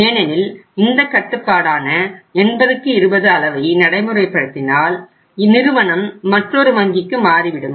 ஏனெனில் இந்த கட்டுப்பாடான 8020 அளவை நடைமுறைப்படுத்தினால் நிறுவனம் மற்றொரு வங்கிக்கு மாறிவிடும்